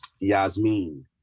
Yasmin